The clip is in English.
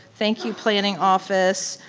thank you planning office,